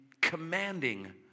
commanding